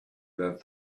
that